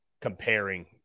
Comparing